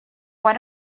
why